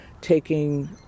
taking